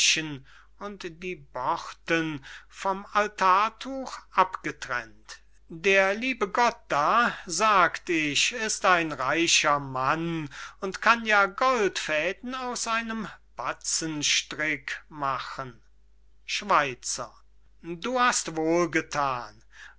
und die borden vom altar tuch abgetrennt der liebe gott da sagt ich ist ein reicher mann und kann ja goldfäden aus einem batzenstrick machen schweizer du hast wohl gethan